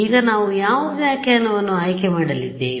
ಈಗ ನಾವು ಯಾವ ವ್ಯಾಖ್ಯಾನವನ್ನು ಆಯ್ಕೆ ಮಾಡಲಿದ್ದೇವೆ